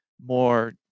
more